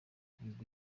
ubwo